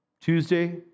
Tuesday